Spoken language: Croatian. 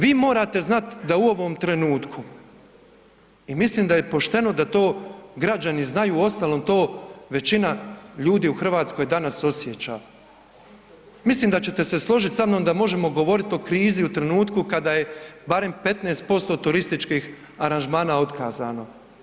Vi morate znat da u ovom trenutku i mislim da je pošteno da to građani znaju, uostalom to većina ljudi u RH danas osjeća, mislim da ćete se složit sa mnom da možemo govorit o krizi u trenutku kada je barem 15% turističkih aranžmana otkazano.